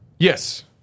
Yes